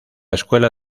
escuela